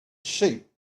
sheep